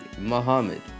Muhammad